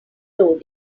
load